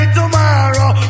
tomorrow